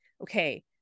okay